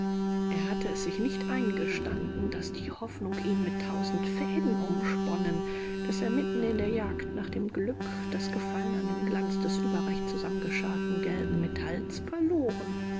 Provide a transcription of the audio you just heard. er hatte es sich nicht eingestanden daß die hoffnung ihn mit tausend fäden umsponnen daß er mitten in der jagd nach dem glück das gefallen an dem glanz des überreich zusammengescharrten gelben metalls verloren